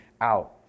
out